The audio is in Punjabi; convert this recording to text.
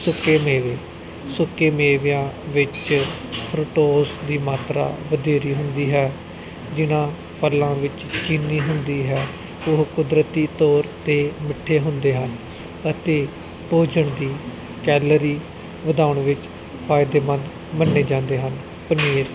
ਸੁੱਕੇ ਮੇਵੇ ਸੁੱਕੇ ਮੇਵਿਆ ਵਿੱਚ ਪ੍ਰੋਕਟੋਸ ਦੀ ਮਾਤਰਾ ਵਧੇਰੀ ਹੁੰਦੀ ਹੈ ਜਿਹਨਾਂ ਫਲਾਂ ਵਿੱਚ ਚੀਨੀ ਹੁੰਦੀ ਹੈ ਉਹ ਕੁਦਰਤੀ ਤੌਰ 'ਤੇ ਮਿੱਠੇ ਹੁੰਦੇ ਹਨ ਅਤੇ ਭੋਜਨ ਦੀ ਕੈਲਰੀ ਵਧਾਉਣ ਵਿੱਚ ਫਾਇਦੇਮੰਦ ਮੰਨੇ ਜਾਂਦੇ ਹਨ ਪਨੀਰ